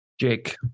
Jake